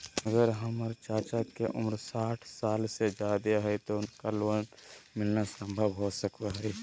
अगर हमर चाचा के उम्र साठ साल से जादे हइ तो उनका लोन मिलना संभव हो सको हइ?